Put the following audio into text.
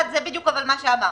זה בדיוק מה שאמרתי.